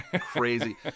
crazy